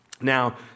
Now